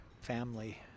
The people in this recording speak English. family